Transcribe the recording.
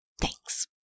Thanks